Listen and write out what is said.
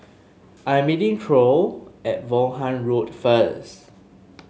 I'm meeting Troy at Vaughan Road first